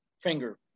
finger